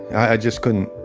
i just couldn't,